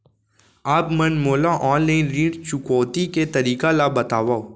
आप मन मोला ऑनलाइन ऋण चुकौती के तरीका ल बतावव?